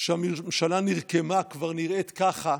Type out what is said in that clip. שהממשלה נרקמה כבר נראית ככה,